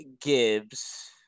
Gibbs